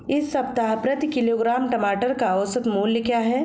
इस सप्ताह प्रति किलोग्राम टमाटर का औसत मूल्य क्या है?